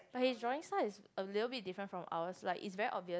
but his drawing style is a little bit different from ours like it's very obvious